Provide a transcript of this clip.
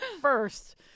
first